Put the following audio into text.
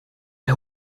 der